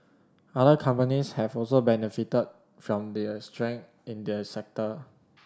other companies have also benefited from the strength in the sector